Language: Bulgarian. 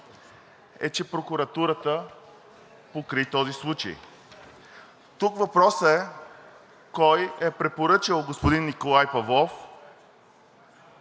е прокуратурата покрай този случай. Тук въпросът е кой е препоръчал господин Николай Павлов